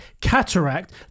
cataract